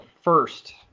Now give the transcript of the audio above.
first